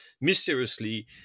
mysteriously